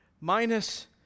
minus